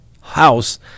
house